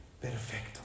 perfecto